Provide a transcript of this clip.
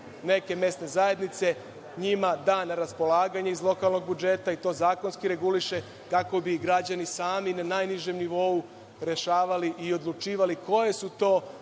neke mesne zajednice njima da na raspolaganje iz lokalnog budžeta i to zakonski reguliše, kako bi građani sami na najnižem nivou rešavali i odlučivali koje su to